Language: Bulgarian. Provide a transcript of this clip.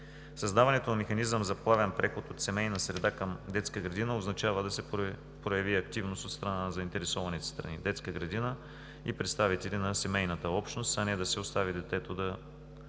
Създаването на механизъм за плавен преход от семейна среда към детска градина означава да се прояви активност от страна на заинтересованите страни – детска градина и представители на семейната общност, а не да се остави детето на